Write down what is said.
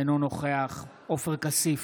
אינו נוכח עופר כסיף,